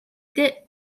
дээ